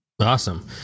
Awesome